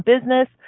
business